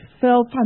Phil